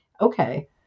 okay